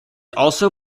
also